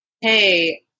hey